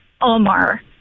Omar